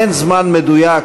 אין זמן מדויק